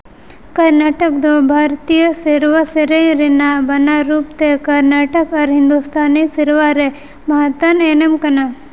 ᱠᱚᱨᱱᱟᱴᱚᱠ ᱫᱚ ᱵᱷᱟᱨᱚᱛᱤᱭᱚ ᱥᱮᱨᱣᱟ ᱥᱮᱨᱮᱧ ᱨᱮᱱᱟᱜ ᱵᱟᱱᱟᱨ ᱨᱩᱯ ᱛᱮ ᱠᱚᱨᱱᱟᱴᱚᱠ ᱟᱨ ᱦᱤᱱᱫᱩᱥᱛᱷᱟᱱᱤ ᱥᱮᱨᱣᱟ ᱨᱮ ᱢᱚᱦᱚᱛᱟᱱ ᱮᱱᱮᱢ ᱠᱟᱱᱟ